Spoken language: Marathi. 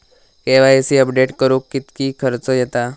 के.वाय.सी अपडेट करुक किती खर्च येता?